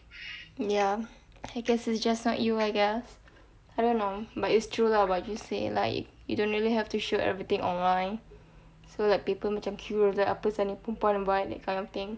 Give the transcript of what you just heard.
ya I guess it's just not you I guess I don't know but it's true lah what you say like you don't really have to show everything online so like people macam apa sia ni perempuan buat kind of thing